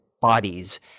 bodies